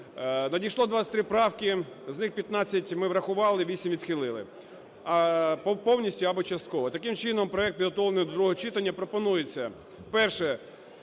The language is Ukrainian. Надійшло 23 правки, з них: 15 ми врахували, 8 відхилили або повністю, або частково. Таким чином проект підготовлений до другого читання. Пропонується: перше